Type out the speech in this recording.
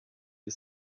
die